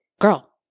girl